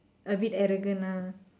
a bit arrogant ah